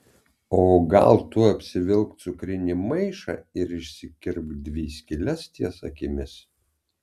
o gal tu apsivilk cukrinį maišą ir išsikirpk dvi skyles ties akimis